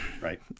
right